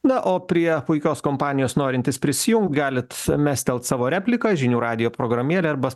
na o prie puikios kompanijos norintys prisijungt galit mestelt savo replikas žinių radijo programėlėj arba